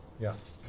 Yes